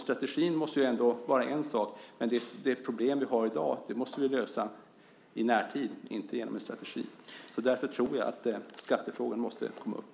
Strategin måste vara en sak, men det problem vi har i dag måste vi lösa i närtid, inte genom en strategi. Därför tror jag att skattefrågan måste komma upp.